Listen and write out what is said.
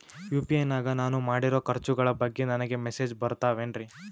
UPI ನಾಗ ನಾನು ಮಾಡಿರೋ ಖರ್ಚುಗಳ ಬಗ್ಗೆ ನನಗೆ ಮೆಸೇಜ್ ಬರುತ್ತಾವೇನ್ರಿ?